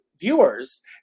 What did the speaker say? viewers